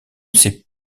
sait